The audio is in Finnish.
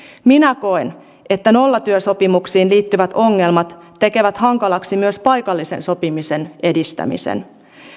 minä koen että nollatyösopimuksiin liittyvät ongelmat tekevät hankalaksi myös paikallisen sopimisen edistämisen